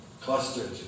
clusters